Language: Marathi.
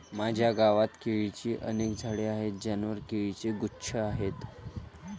माझ्या गावात केळीची अनेक झाडे आहेत ज्यांवर केळीचे गुच्छ आहेत